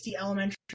elementary